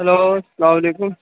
hello السلام علیکم